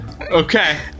Okay